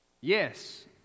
Yes